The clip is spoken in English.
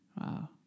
Wow